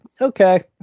Okay